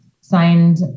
signed